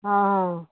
ਹਾਂ ਹਾਂ